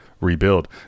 Rebuild